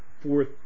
fourth